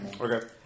Okay